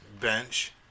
bench